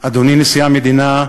אדוני נשיא המדינה,